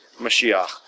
Mashiach